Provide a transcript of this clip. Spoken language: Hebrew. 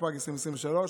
התשפ"ג 2023,